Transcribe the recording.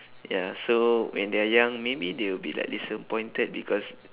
ya so when they are young maybe they would be like disappointed because